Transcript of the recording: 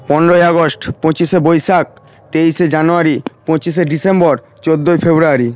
পনেরোই আগস্ট পঁচিশে বৈশাখ তেইশে জানুয়ারি পঁচিশে ডিসেম্বর চোদ্দোই ফেব্রুয়ারি